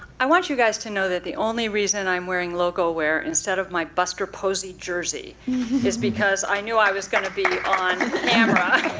i want you guys to know that the only reason i'm wearing logo-wear instead of my buster posey jersey is because i knew i was going to be on camera,